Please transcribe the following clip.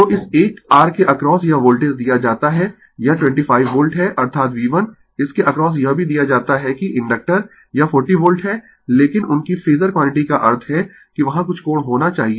तो इस एक R के अक्रॉस यह वोल्टेज दिया जाता है यह 25 वोल्ट है अर्थात V1 इसके अक्रॉस यह भी दिया जाता है कि इंडक्टर यह 40 वोल्ट है लेकिन उनकी फेजर क्वांटिटी का अर्थ है कि वहां कुछ कोण होना चाहिए